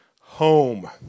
Home